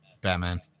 Batman